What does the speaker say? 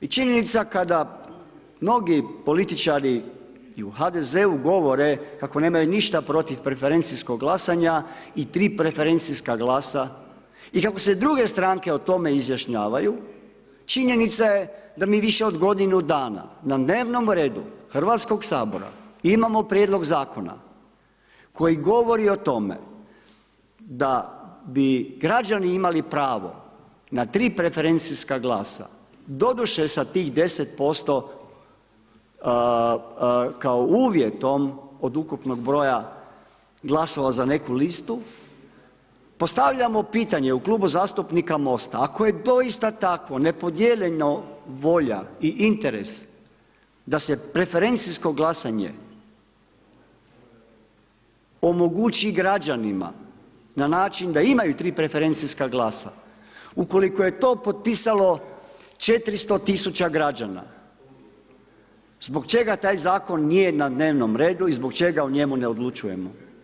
I činjenica kada mnogi političari i u HDZ-u govore kako nemaju ništa protiv preferencijskog glasanja i tri preferencijska glasa i kako se druge stranke o tome izjašnjavaju, činjenica je da mi više od godinu dana na dnevnom redu Hrvatskog sabora imamo Prijedlog Zakona koji govori o tome da bi građani imali pravo na tri preferencijska glasa, doduše sa tih 10% kao uvjetom od ukupnog broja glasova za neku listu, postavljamo pitanje u Klubu zastupnika MOST-a, ako je doista tako, nepodijeljeno volja i interes da se preferencijsko glasanje omogući građanima na način da imaju tri preferencijska glasa, ukoliko je to potpisalo 400 tisuća građana, zbog čega taj Zakon nije na dnevnom redu i zbog čega o njemu ne odlučujemo?